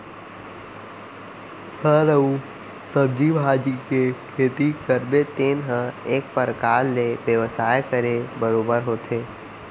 फर अउ सब्जी भाजी के खेती करबे तेन ह एक परकार ले बेवसाय करे बरोबर होथे